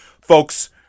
folks